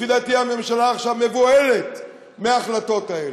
לפי דעתי, הממשלה עכשיו מבוהלת מההחלטות האלה,